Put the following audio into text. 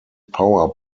power